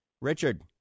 Richard